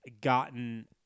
gotten